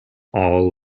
all